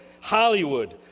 Hollywood